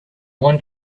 want